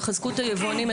יחזקו את היבואנים,